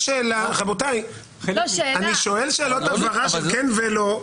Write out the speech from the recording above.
רבותיי, אני שואל שאלות הבהרה של כן ולא.